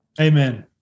Amen